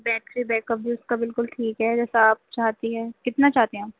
battery backup بھی اس کا بالکل ٹھیک ہے جیسا آپ چاہتی ہیں کتنا چاہتی ہیں آپ